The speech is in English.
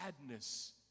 sadness